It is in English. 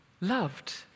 loved